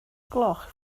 gloch